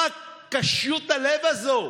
מה קשיות הלב הזאת?